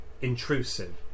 intrusive